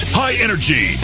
high-energy